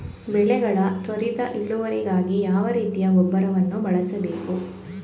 ಬೆಳೆಗಳ ತ್ವರಿತ ಇಳುವರಿಗಾಗಿ ಯಾವ ರೀತಿಯ ಗೊಬ್ಬರವನ್ನು ಬಳಸಬೇಕು?